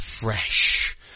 fresh